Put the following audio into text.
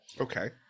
okay